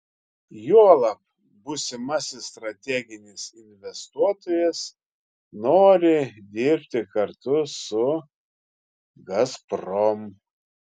juolab būsimasis strateginis investuotojas nori dirbti kartu su gazprom